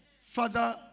Father